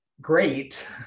great